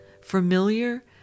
familiar